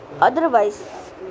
otherwise